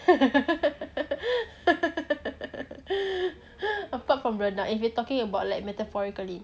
apart from rendang if you talking about like metaphorically